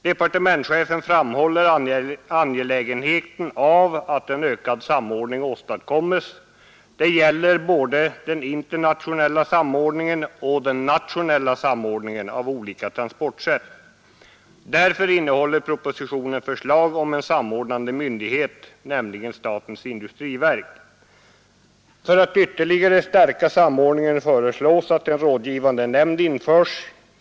Departementschefen framhåller angelägenheten av att en ökad samordning åstadkoms både internationellt och nationellt av olika transportsätt. Därför innehåller propositionen förslag om att statens industriverk blir samordnande myndighet. För att ytterligare stärka samordningen föreslås att en rådgivande nämnd införs.